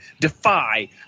Defy